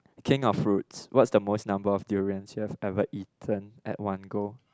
king of fruits what's the most number of durians you have ever eaten at one go